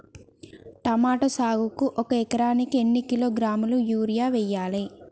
Tomato సాగుకు ఒక ఎకరానికి ఎన్ని కిలోగ్రాముల యూరియా వెయ్యాలి?